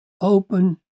Open